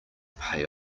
pay